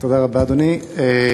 תודה רבה, אדוני.